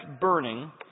burning